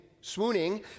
swooning